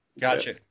gotcha